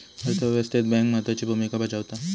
अर्थ व्यवस्थेत बँक महत्त्वाची भूमिका बजावता